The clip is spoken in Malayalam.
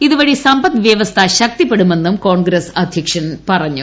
ഇതുവഴി സമ്പദ് വൃവസ്ഥ ശക്തിപ്പെടുമെന്നും കോൺഗ്രസ് അദ്ധ്യക്ഷൻ പറഞ്ഞു